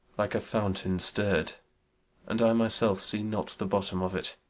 like a fountain stirr'd and i myself see not the bottom of it.